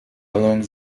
along